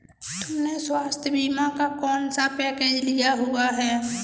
तुमने स्वास्थ्य बीमा का कौन सा पैकेज लिया हुआ है?